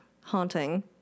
haunting